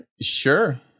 Sure